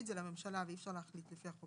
את זה לממשלה ולהחליט על זה לפי הנוסח הזה.